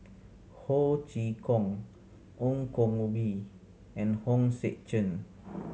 Ho Chee Kong Ong Koh Bee and Hong Sek Chern